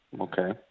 Okay